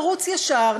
ערוץ ישר,